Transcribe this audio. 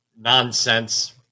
nonsense